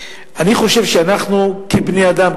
אני חושב שאנחנו כבני-אדם,